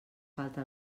falta